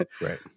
Right